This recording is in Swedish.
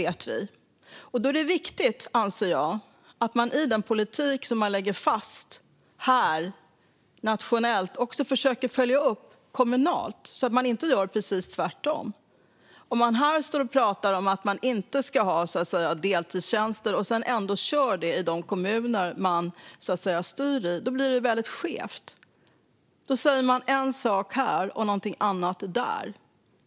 Det är därför viktigt, anser jag, att man i den politik som man lägger fast nationellt också försöker följa upp kommunalt så att man inte gör precis tvärtom. Om man här står och talar om att det inte ska finnas deltidstjänster och ändå kör det i de kommuner där man styr blir det väldigt skevt. Då säger man en sak här och något annat där.